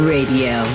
Radio